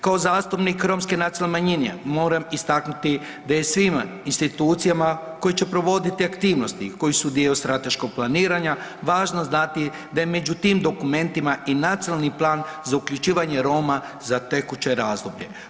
Kao zastupnik romske nacionalne manjine moram istaknuti da je svima institucijama koje će provoditi aktivnosti koje su dio strateškog planiranja važnost dati da je među tim dokumentima i Nacionalni plan za uključivanje Roma za tekuće razdoblje.